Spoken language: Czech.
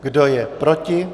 Kdo je proti?